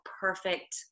perfect